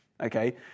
okay